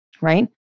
right